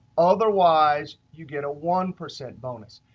otherwise, you get a one percent bonus.